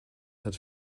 hat